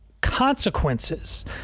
consequences